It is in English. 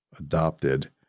adopted